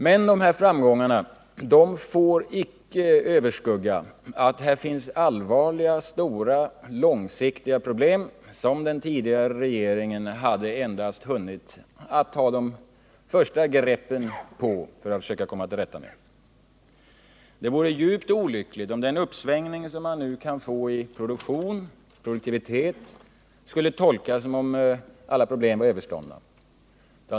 Men de här framgångarna får icke överskugga att här finns allvarliga, stora, långsiktiga problem, som den tidigare regeringen endast hade hunnit ta ett första grepp på för att försöka komma till rätta med. Det vore djupt olyckligt om de uppsving som man nu kan få i produktiviteten skulle tolkas som om alla problem vore överståndna.